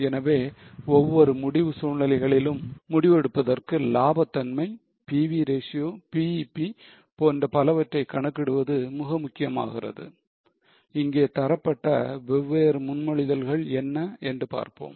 எனவே ஒவ்வொரு முடிவு சூழ்நிலைகளிலும் முடிவெடுப்பதற்கு லாப தன்மை PV ratio BEP போன்ற பலவற்றை கணக்கிடுவது மிக முக்கியமாகிறது இங்கே தரப்பட்ட வெவ்வேறு முன்மொழிதல்கள் என்ன என்று பார்ப்போம்